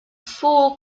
four